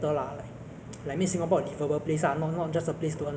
ah the type of bubble tea I would like is uh the